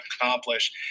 accomplish